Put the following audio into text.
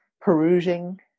perusing